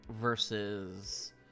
versus